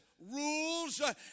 rules